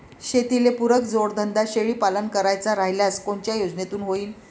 शेतीले पुरक जोडधंदा शेळीपालन करायचा राह्यल्यास कोनच्या योजनेतून होईन?